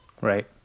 Right